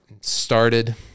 started